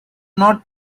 not